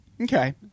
okay